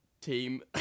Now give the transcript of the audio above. team